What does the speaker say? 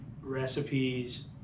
recipes